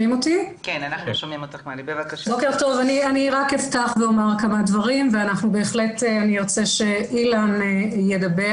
אני רק אפתח ואומר כמה דברים ובהחלט ארצה שאילן ידבר